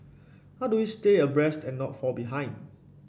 how do we stay abreast and not fall behind